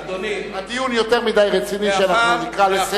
הדיון יותר מדי רציני שאנחנו נקרא לסדר.